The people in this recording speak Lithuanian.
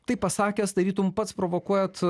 tai pasakęs tarytum pats provokuojat